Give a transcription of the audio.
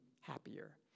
happier